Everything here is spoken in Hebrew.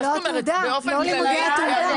אבל לא התעודה, לא לימודי התעודה.